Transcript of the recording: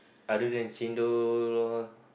other than chendol all